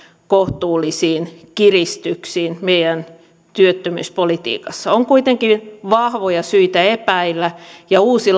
kohtuullisiin kiristyksiin meidän työttömyyspolitiikassa on kuitenkin vahvoja syitä epäillä ja uusi